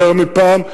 ויותר מפעם,